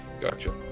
Gotcha